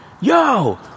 Yo